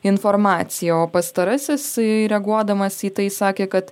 informacija o pastarasis reaguodamas į tai sakė kad